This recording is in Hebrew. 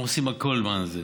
אנחנו עושים הכול למען זה.